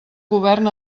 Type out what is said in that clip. govern